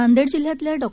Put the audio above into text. नांदेड जिल्ह्यातल्या डॉ